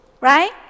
right